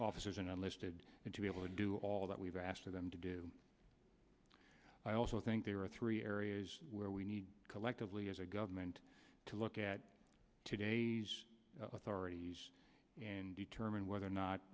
officers and enlisted to be able to do all that we've asked them to do i also think there are three areas where we need collectively as a government to look at today's authorities and determine whether or